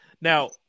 now